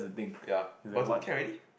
ya but I thought can already